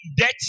debt